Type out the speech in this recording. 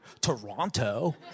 Toronto